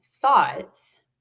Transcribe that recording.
thoughts